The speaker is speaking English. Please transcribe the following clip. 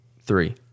three